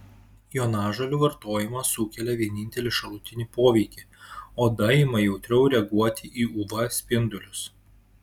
jonažolių vartojimas sukelia vienintelį šalutinį poveikį oda ima jautriau reaguoti į uv spindulius